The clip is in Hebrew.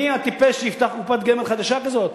מי הטיפש שיפתח קופת גמל חדשה כזאת,